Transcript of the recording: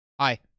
Hi